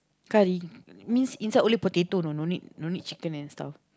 curry means inside only potato know no need no need chicken and stuff